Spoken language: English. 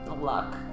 Luck